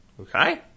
Okay